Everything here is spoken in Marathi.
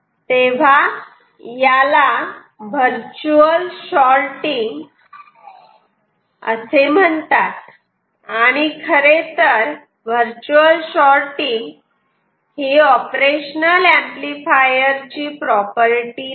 तर याला वर्च्युअल शॉटिंग असे म्हणतात आणि खरेतर वर्च्युअल शॉटिंग ही ऑपरेशनल ऍम्प्लिफायर ची काही प्रॉपर्टी नाही